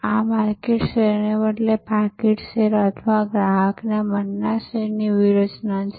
આ માર્કેટ શેરને બદલે પાકીટ શેર અથવા ગ્રાહકના મનના શેરની વ્યૂહરચના છે